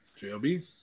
JLB